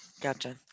Gotcha